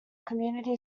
community